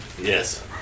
Yes